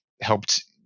helped